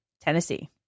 Tennessee